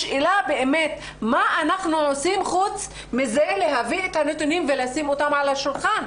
השאלה באמת מה אנחנו עושים חוץ מלהביא את הנתונים ולשים אותם על השולחן.